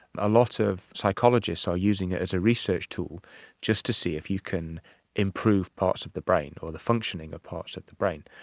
a lot of psychologists are using it as a research tool just to see if you can improve parts of the brain or the functioning of parts of the brain.